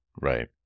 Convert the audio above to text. Right